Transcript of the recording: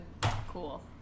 cool